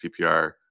PPR